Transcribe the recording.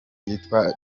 yitwa